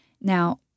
Now